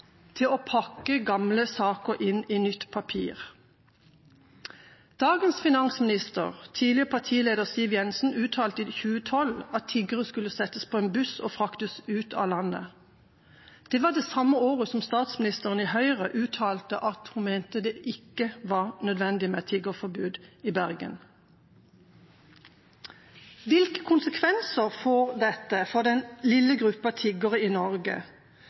til å pakke gamle saker inn i nytt papir. Dagens finansminister, tidligere partileder, Siv Jensen, uttalte i 2012 at tiggere skulle settes på en buss og fraktes ut av landet. Det var det samme året som statsministeren, daværende partileder i Høyre, uttalte at hun mente det ikke var nødvendig med et tiggerforbud i Bergen. Hvilke konsekvenser får dette for den lille gruppa av tiggere i Norge?